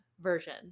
version